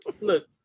Look